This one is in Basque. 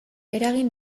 eragin